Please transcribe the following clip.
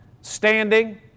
Standing